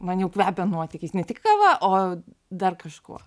man jau kvepia nuotykiais ne tik kava o dar kažkuo